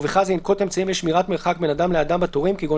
ובכלל זה ינקוט אמצעים לשמירת מרחק בין אדם לאדם בתורים כגון